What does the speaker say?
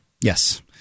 Yes